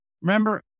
Remember